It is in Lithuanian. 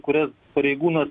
kurias pareigūnas